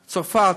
צרפת,